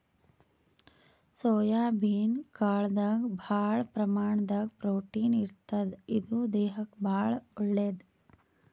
soybean ಕಾಳ್ದಾಗ್ ಭಾಳ್ ಪ್ರಮಾಣದಾಗ್ ಪ್ರೊಟೀನ್ ಇರ್ತದ್ ಇದು ದೇಹಕ್ಕಾ ಭಾಳ್ ಒಳ್ಳೇದ್